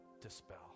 dispel